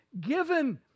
given